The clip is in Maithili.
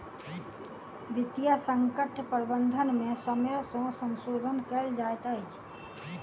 वित्तीय संकट प्रबंधन में समय सॅ संशोधन कयल जाइत अछि